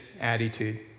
attitude